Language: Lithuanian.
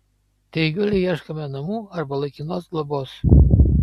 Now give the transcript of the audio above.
trijulei ieškome namų arba laikinos globos